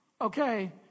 Okay